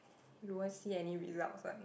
you won't see any results one